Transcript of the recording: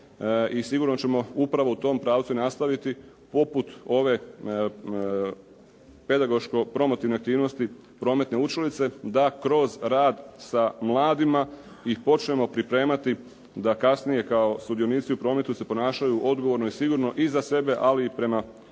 sigurno ćemo upravo u tom pravcu nastaviti poput ove pedagoško-promotivne aktivnosti prometne učilice da kroz rad sa mladima ih počnemo pripremati da kasnije kao sudionici u prometu se ponašaju odgovorno i sigurno i za sebe, ali i prema drugim